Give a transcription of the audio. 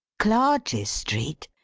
clarges street!